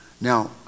Now